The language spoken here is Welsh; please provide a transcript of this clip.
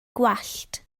gwallt